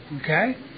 Okay